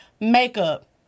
makeup